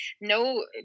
no